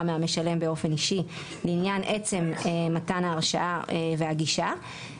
מהמשלם באופן אישי לעניין עצם מתן ההרשאה והגישה.